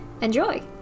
Enjoy